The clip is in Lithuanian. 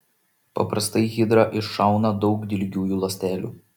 paprastai hidra iššauna daug dilgiųjų ląstelių